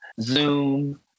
Zoom